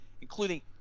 Including